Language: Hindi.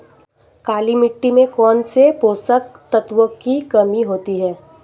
काली मिट्टी में कौनसे पोषक तत्वों की कमी होती है?